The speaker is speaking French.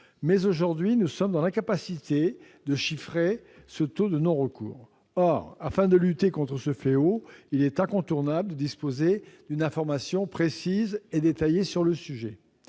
mais aujourd'hui nous sommes dans l'incapacité de chiffrer ce taux de non-recours. Or, afin de lutter contre ce fléau, il est incontournable de disposer d'une information précise et détaillée sur le sujet.